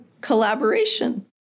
collaboration